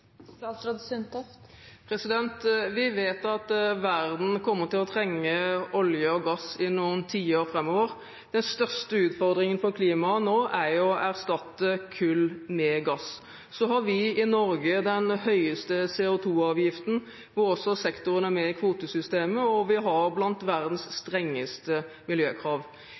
Vi vet at verden kommer til å trenge olje og gass i noen tiår framover. Den største utfordringen for klimaet nå er jo å erstatte kull med gass. Så har vi i Norge den høyeste CO2-avgiften, hvor også sektoren er med i kvotesystemet, og vi har blant verdens